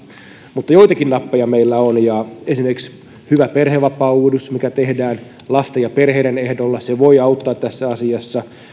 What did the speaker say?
mutta joitakin nappeja meillä on esimerkiksi hyvä perhevapaauudistus mikä tehdään lasten ja perheiden ehdolla voi auttaa tässä asiassa